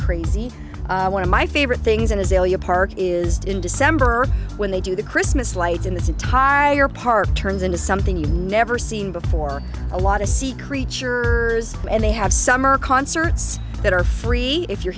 crazy one of my favorite things in azalea park is in december when they do the christmas lights in this entire park turns into something you've never seen before a lot of sea creature and they have summer concerts that are free if you're